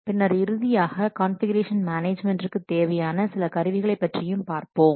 பின்னர் இறுதியாக கான்ஃபிகுரேஷன் மேனேஜ்மென்டிற்கு தேவையான சில கருவிகளை பற்றியும் பார்ப்போம்